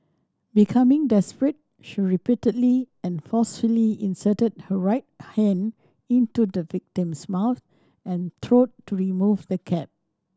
becoming desperate she repeatedly and forcefully inserted her right hand into the victim's mouth and throat to remove the cap